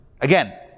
Again